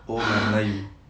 oh my melayu